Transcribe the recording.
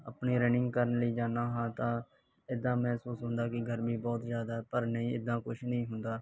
ਆਪਣੀ ਰਨਿੰਗ ਕਰਨ ਲਈ ਜਾਂਦਾ ਹਾਂ ਤਾਂ ਇੱਦਾਂ ਮਹਿਸੂਸ ਹੁੰਦਾ ਕਿ ਗਰਮੀ ਬਹੁਤ ਜ਼ਿਆਦਾ ਪਰ ਨਹੀਂ ਇੱਦਾਂ ਕੁਛ ਨਹੀਂ ਹੁੰਦਾ